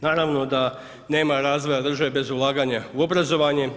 Naravno da nema razvoja države bez ulaganja u obrazovanje.